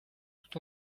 tout